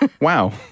Wow